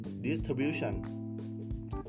distribution